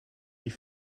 die